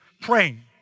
praying